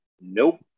Nope